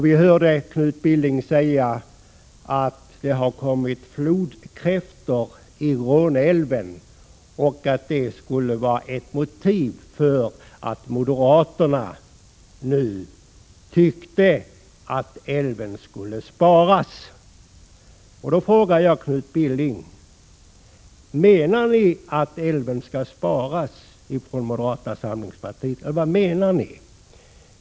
Vi hörde Knut Billing säga att det har kommit flodkräftor till Råneälven och att detta skulle vara ett motiv för moderaternas inställning att älven nu skall sparas. Då frågar jag Knut Billing: Menar moderata samlingspartiet att älven skall sparas, eller vad menar ni?